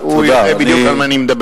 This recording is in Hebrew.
הוא יודע בדיוק על מה אני מדבר.